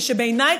ושבעיני,